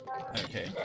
Okay